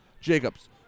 Jacobs